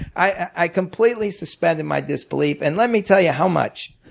i completely suspended my disbelief. and let me tell you how much.